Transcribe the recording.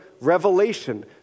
Revelation